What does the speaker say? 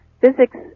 physics